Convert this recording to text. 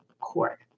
court